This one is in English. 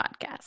podcast